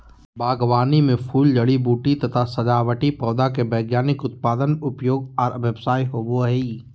बागवानी मे फूल, जड़ी बूटी तथा सजावटी पौधा के वैज्ञानिक उत्पादन, उपयोग आर व्यवसाय होवई हई